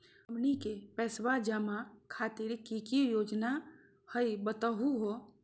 हमनी के पैसवा जमा खातीर की की योजना हई बतहु हो?